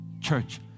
Church